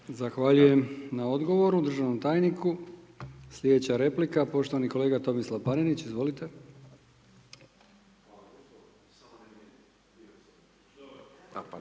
Zahvaljujem na odgovoru državnom tajniku. Sljedeća replika poštovani kolega Tomislav Panenić. Izvolite.